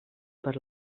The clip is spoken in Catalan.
per